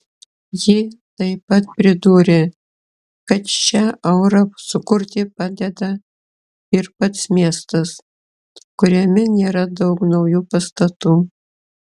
ji taip pat pridūrė kad šią aurą sukurti padeda ir pats miestas kuriame nėra daug naujų pastatų